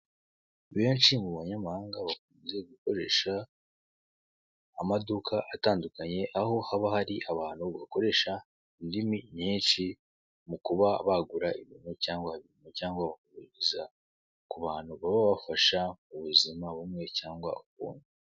Benshi mu banyamahanga bakunze gukoresha amaduka atandukanye aho haba hari abantu bakoresha indimi nyishi mu kuba bagura bagura ibintu cyangwa bakurikiza ku bantu baba babafasha mu buzima bumwe cyangwa ubundi.